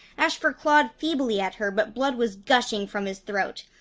ashfur clawed feebly at her, but blood was gushing from his throat.